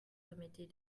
omettez